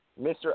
Mr